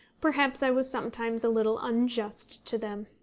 perhaps i was sometimes a little unjust to them.